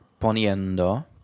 poniendo